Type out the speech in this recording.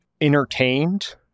entertained